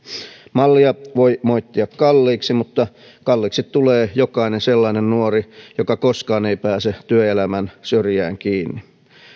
mallia voi moittia kalliiksi mutta kalliiksi tulee jokainen sellainen nuori joka koskaan ei pääse työelämän syrjään kiinni